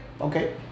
Okay